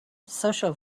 social